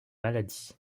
maladies